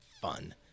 fun